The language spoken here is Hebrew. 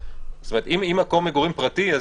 אם מקום מגורים פרטי,